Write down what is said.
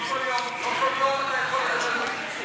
לא כל יום אתה יכול לדבר בקיצור.